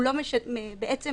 בעצם,